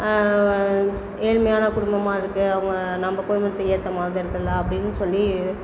ஏழ்மையான குடும்பமாக இருக்குது அவங்க நம்ம குடும்பத்துக்கு ஏற்ற மாதிரி இல்லை அப்படின்னு சொல்லி